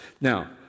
Now